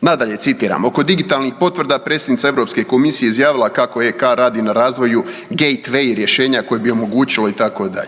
Nadalje citiram, oko digitalnih potvrda predsjednica Europske komisije je izjavila kako EK radi na razvoju Gejtvej rješenja koje bi omogućilo itd..